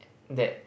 that